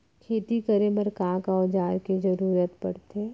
खेती करे बर का का औज़ार के जरूरत पढ़थे?